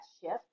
shift